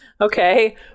Okay